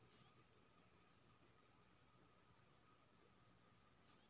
हम फसल में फुल वाला अवस्था के पहचान केना करबै?